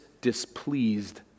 displeased